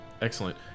Excellent